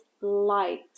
light